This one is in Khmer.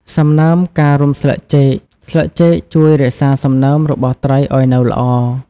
សំណើមការរុំស្លឹកចេកស្លឹកចេកជួយរក្សាសំណើមរបស់ត្រីឲ្យនៅល្អ។